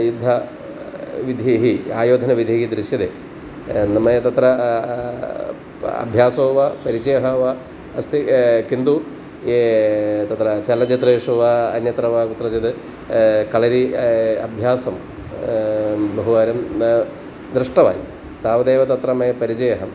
युद्धविधिः आयोधनविधिः दृश्यते न मया तत्र अभ्यासो वा परिचयः वा अस्ति किन्तु ये तत्र चलचित्रेषु वा अन्यत्र वा कुत्रचित् कळरि अभ्यासं बहुवारं न दृष्टवान् तावदेव तत्र मया परिचयः